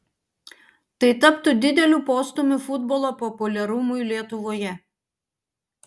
tai taptų dideliu postūmiu futbolo populiarumui lietuvoje